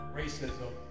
racism